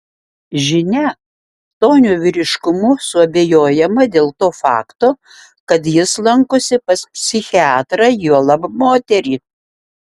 žinia tonio vyriškumu suabejojama dėl to fakto kad jis lankosi pas psichiatrą juolab moterį